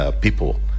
people